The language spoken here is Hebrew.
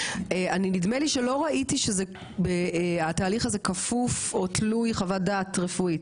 נדמה לי שלא ראיתי שהתהליך הזה כפוף או תלוי חוות דעת רפואית,